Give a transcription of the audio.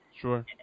Sure